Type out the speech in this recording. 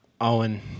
Owen